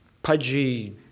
pudgy